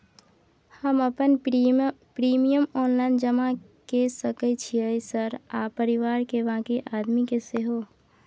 हम अपन premium online जमा के सके छियै सर आ परिवार के बाँकी आदमी के सेहो?